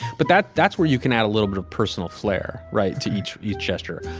but that that's where you can add a little bit of personal flair. right. to each each gesture,